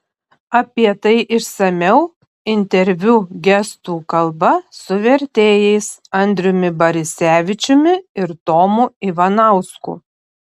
apie tai išsamiau interviu gestų kalba su vertėjais andriumi barisevičiumi ir tomu ivanausku